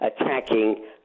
attacking